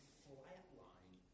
flatline